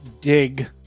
Dig